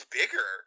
bigger